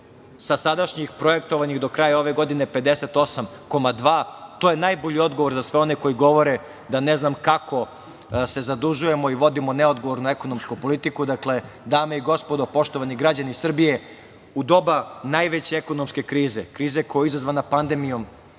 sa sadašnjih projektovanih do kraja ove godine, 58,2% i to je najbolji odgovor za sve one koji govore da ne znam kako se zadužujemo i vodimo neodgovornu ekonomsku politiku. Dakle, dame i gospodo, poštovani građani Srbije, u doba najveće ekonomske krize, krize koja je izazvana pandemijom